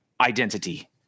identity